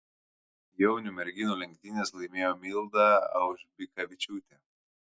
jaunių merginų lenktynes laimėjo milda aužbikavičiūtė